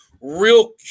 real